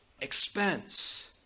expense